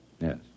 Yes